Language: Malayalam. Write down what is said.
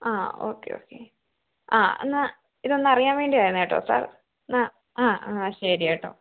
ആ ഓക്കെ ഓക്കെ ആ എന്നാല് ഇതൊന്ന് അറിയാന് വേണ്ടിയായിരുന്നു കേട്ടോ സാര് എന്നാല് ആ ആ ശരി കേട്ടോ